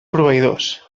proveïdors